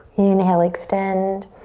inhale, extend.